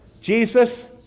Jesus